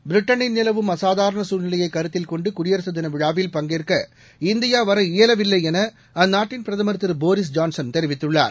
பிரிட்டனில் நிலவும் அசாதாரண சூழ்நிலையை கருத்தில் கொண்டு குடியரசுத் தின விழாவில் பங்கேற்க இந்தியா வர இயலவில்லை என அந்நாட்டின் பிரதமர் திரு போரிஸ் ஜான்சன் தெரிவித்துள்ளார்